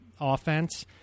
offense